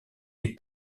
les